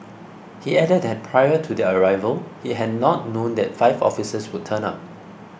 he added that prior to their arrival he had not known that five officers would turn up